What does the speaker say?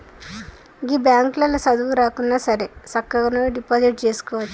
గీ బాంకులల్ల సదువు రాకున్నాసరే సక్కగవోయి డిపాజిట్ జేసుకోవచ్చు